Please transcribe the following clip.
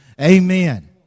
Amen